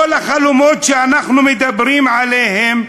כל החלומות שאנחנו מדברים עליהם,